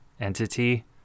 entity